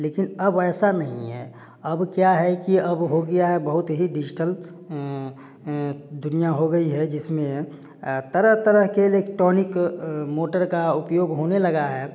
लेकिन अब ऐसा नहीं है अब क्या है कि अब हो गया है बहुत ही डिजिटल दुनिया हो गई है जिसमें तरह तरह के इलेक्ट्रॉनिक मोटर का उपयोग होने लगा है